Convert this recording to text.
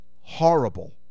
horrible